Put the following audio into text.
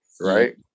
Right